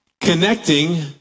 connecting